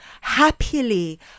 happily